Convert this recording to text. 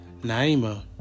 Naima